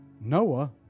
Noah